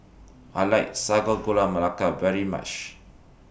I like Sago Gula Melaka very much